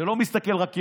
שלא מסתכל רק ימינה,